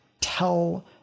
tell